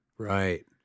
right